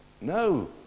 No